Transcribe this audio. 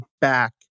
back